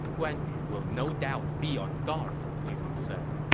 guan yu will no doubt be on guard, lu meng said.